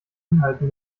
inhalten